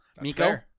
Miko